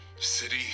city